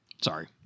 Sorry